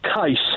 case